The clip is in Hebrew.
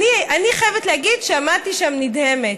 אני חייבת להגיד שעמדתי שם נדהמת.